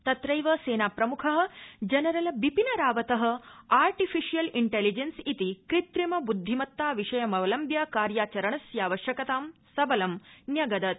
तवैव सेनाप्रमुख general Bipin Rawat आर्थिफ़िशियल intelligence इति कृत्रिम बुद्धिमत्ता विषयमवलम्ब्य कार्याचरणस्यावश्यकतां सबलम् न्यगदत्